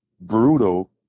brutal